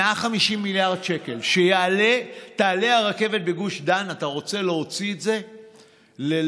150 מיליארד שקל שתעלה הרכבת בגוש דן אתה רוצה להוציא אותם ללא